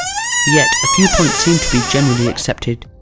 yet, a few points seem to be generally accepted.